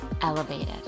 elevated